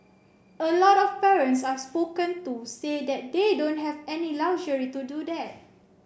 a lot of parents I've spoken to say that they don't have any luxury to do that